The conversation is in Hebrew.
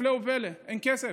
הפלא ופלא, אין כסף.